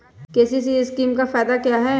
KCC scheme का फायदा क्या है?